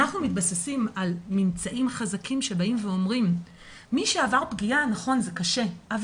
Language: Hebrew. אנחנו מתבססים על ממצאים חזקים ואומרים שמי שעבר פגיעה ונכון זה קשה,